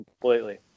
completely